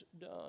done